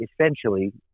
essentially